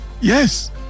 yes